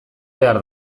behar